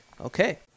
Okay